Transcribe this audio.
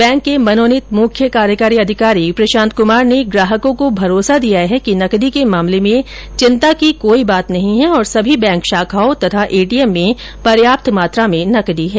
bank के मनोनीत मुख्य कार्यकारी अधिकारी प्रशांत कुमार ने ग्राहकों को भरोसा दिया है कि नकदी के मामले में चिंता की कोई बात नहीं है और सभी बैंक शाखाओं और एटीएम में पर्याप्त मात्रा में नकदी है